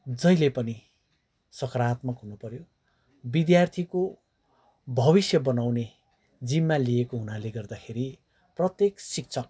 जहिले पनि सकारात्मक हुनुपऱ्यो विद्यार्थीको भविष्य बनाउने जिम्मा लिएको हुनाले गर्दाखेरि प्रत्येक शिक्षक